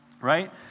Right